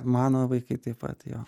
mano vaikai taip pat jo